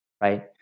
right